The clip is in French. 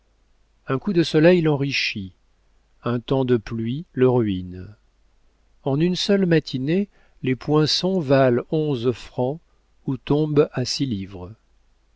un coup de soleil l'enrichit un temps de pluie le ruine en une seule matinée les poinçons valent onze francs ou tombent à six livres